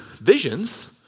visions